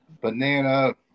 banana